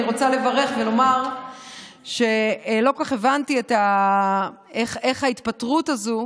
אני רוצה לברך ולומר שלא כל כך הבנתי איך ההתפטרות הזו,